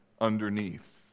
underneath